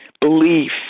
belief